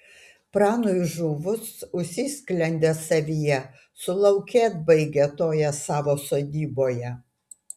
pranui žuvus užsisklendė savyje sulaukėt baigia toje savo sodyboje